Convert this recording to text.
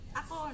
ako